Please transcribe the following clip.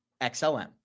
XLM